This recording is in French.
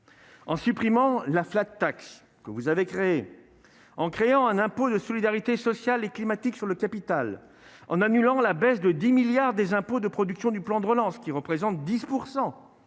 en supprimant la flat tax que vous avez créée en créant un impôt de solidarité sociale et climatique sur le capital, en annulant la baisse de 10 milliards des impôts de production du plan de relance, qui représente 10